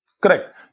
Correct